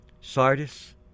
Sardis